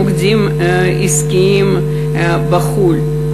מוקדים עסקיים בחו"ל,